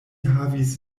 havis